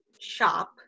shop